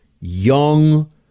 Young